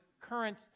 current